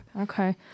Okay